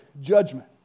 judgment